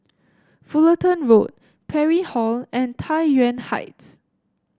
Fullerton Road Parry Hall and Tai Yuan Heights